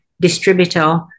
distributor